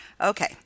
Okay